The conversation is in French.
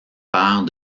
père